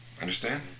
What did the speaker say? understand